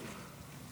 שנייה.